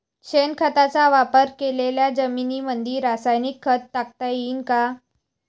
शेणखताचा वापर केलेल्या जमीनीमंदी रासायनिक खत टाकता येईन का?